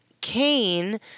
Kane